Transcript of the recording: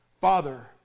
Father